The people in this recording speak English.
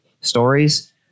stories